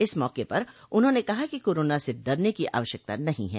इस मौके पर उन्होंने कहा कि कोरोना से डरने की आवश्यकता नहीं है